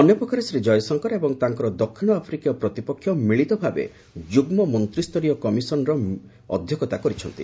ଅନ୍ୟ ପକ୍ଷରେ ଶ୍ରୀ ଜୟଶଙ୍କର ଏବଂ ତାଙ୍କର ଦକ୍ଷିଣ ଆଫ୍ରିକୀୟ ପ୍ରତିପକ୍ଷ ମିଳିତ ଭାବେ ଯୁଗ୍ମ ମନ୍ତ୍ରୀୟ କମିଶନ ର ମିଳିତ ଭାବେ ଅଧ୍ୟକ୍ଷତା କରିଛନ୍ତି